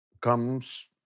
comes